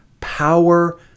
power